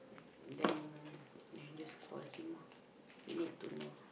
then then just call him ah he need to know